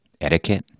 etiquette